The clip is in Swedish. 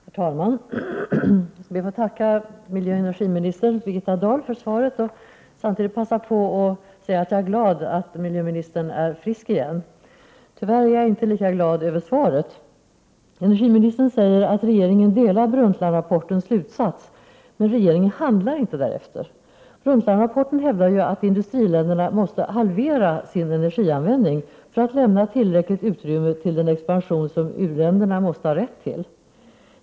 Herr talman! Jag ber att få tacka miljöoch energiminister Birgitta Dahl för svaret och samtidigt passa på att säga att jag är glad hon är frisk igen. Tyvärr är jag inte lika glad över svaret. Energiministern säger att regeringen delar Brundtlandrapportens slutsats. Men regeringen handlar inte därefter! I Brundtlandrapporten hävdas ju att industriländerna måste halvera sin energianvändning för att lämna tillräckligt utrymme till den expansion som u-länderna har rätt till.